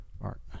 art